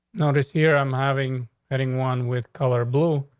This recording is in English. no. this year i'm having heading one with color blue.